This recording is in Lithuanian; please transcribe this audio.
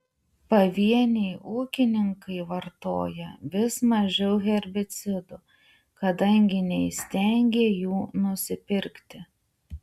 pavieniai ūkininkai vartoja vis mažiau herbicidų kadangi neįstengia jų nusipirkti